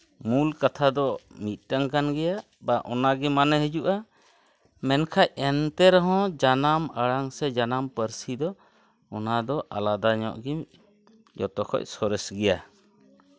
ᱢᱩᱞ ᱠᱟᱛᱷᱟ ᱫᱚ ᱢᱤᱫᱴᱟᱱ ᱠᱟᱱ ᱜᱮᱭᱟ ᱵᱟ ᱚᱱᱟᱜᱮ ᱢᱟᱱᱮ ᱦᱤᱡᱩᱜᱼᱟ ᱢᱮᱱᱠᱷᱟᱱ ᱮᱱᱛᱮ ᱨᱮᱦᱚᱸ ᱡᱟᱱᱟᱢ ᱟᱲᱟᱝ ᱥᱮ ᱡᱟᱱᱟᱢ ᱯᱟᱹᱨᱥᱤ ᱫᱚ ᱚᱱᱟᱫᱚ ᱟᱞᱟᱫᱟ ᱧᱚᱜ ᱜᱮ ᱡᱚᱛᱚᱠᱷᱚᱱ ᱥᱚᱨᱮᱥ ᱜᱮᱭᱟ